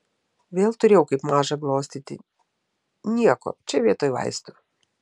vėl turėjau kaip mažą glostyti nieko čia vietoj vaistų